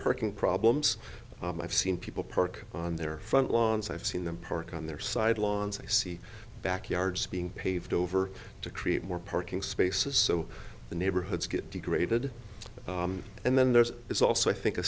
parking problems i've seen people park on their front lawns i've seen them park on their side lawns i see backyards being paved over to create more parking spaces so the neighborhoods get degraded and then there's it's also i think a